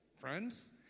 friends